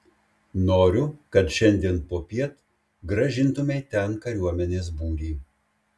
noriu kad šiandien popiet grąžintumei ten kariuomenės būrį